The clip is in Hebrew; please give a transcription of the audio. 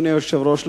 אדוני היושב-ראש,